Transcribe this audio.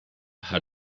had